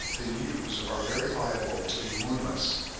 the ewes are very liable to be hornless.